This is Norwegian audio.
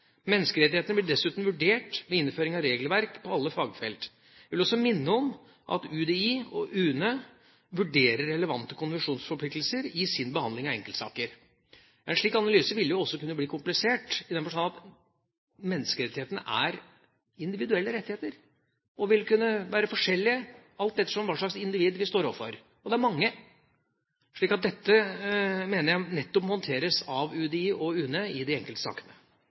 Menneskerettighetene blir dessuten vurdert ved innføring av regelverk på alle fagfelt. Jeg vil også minne om at UDI og UNE vurderer relevante konvensjonsforpliktelser i sin behandling av enkeltsaker. En slik analyse ville jo også kunne bli komplisert i den forstand at menneskerettighetene er individuelle rettigheter og vil kunne være forskjellig alt ettersom hva slags individ vi står overfor, og det er mange. Så dette mener jeg må håndteres nettopp av UDI og UNE i de